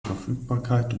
verfügbarkeit